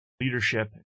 leadership